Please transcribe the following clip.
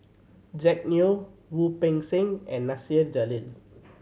Jack Neo Wu Peng Seng and Nasir Jalil